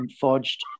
forged